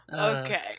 Okay